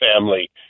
family